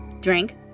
drink